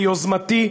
ביוזמתי,